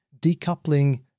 decoupling